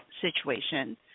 situation